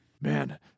Man